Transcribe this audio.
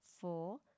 four